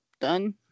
done